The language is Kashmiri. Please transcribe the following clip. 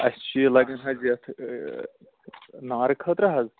اسہِ چھُ یہِ لگَان حظ یَتھ نارٕ خٲطرٕ حظ